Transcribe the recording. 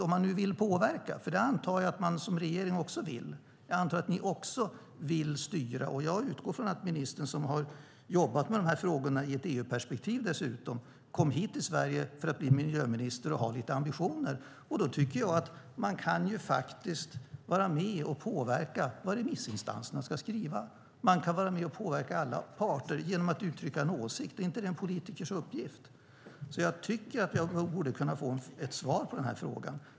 Men jag antar att regeringen vill påverka och styra, och jag utgår från att ministern, som dessutom har jobbat med dessa frågor i ett EU-perspektiv, hade ambitioner när hon blev miljöminister här i Sverige. Då skulle hon kunna vara med och påverka vad remissinstanserna ska skriva. Man kan vara med och påverka alla parter genom att uttrycka en åsikt. Är det inte en politikers uppgift? Därför tycker jag att jag borde kunna få ett svar på denna fråga.